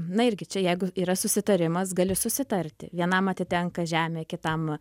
na irgi čia jeigu yra susitarimas gali susitarti vienam atitenka žemė kitam